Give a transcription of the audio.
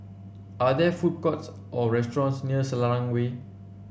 are there food courts or restaurants near Selarang Way